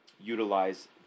utilize